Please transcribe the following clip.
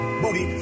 booty